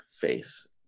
Face